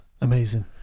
Amazing